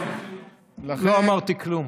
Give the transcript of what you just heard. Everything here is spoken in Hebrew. לא אמרתי כלום.